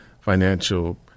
financial